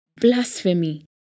Blasphemy